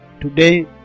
Today